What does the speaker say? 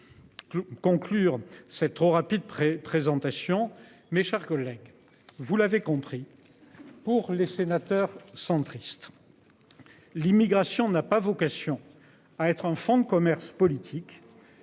permettrai de. Conclure cette trop rapide près présentation mes chers collègues, vous l'avez compris. Pour les sénateurs centristes. L'immigration n'a pas vocation à être un fonds de commerce politique.